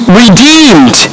redeemed